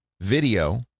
video